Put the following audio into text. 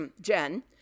Jen